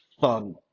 fun